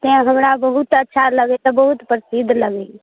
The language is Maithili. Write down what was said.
तेँ हमरा बहुत अच्छा लगैए बहुत प्रसिद्ध लगैए